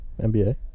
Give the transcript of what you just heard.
NBA